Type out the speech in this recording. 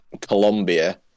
Colombia